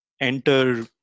enter